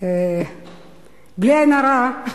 בלי עין הרע,